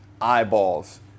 eyeballs